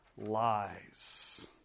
lies